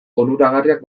onuragarriak